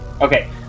Okay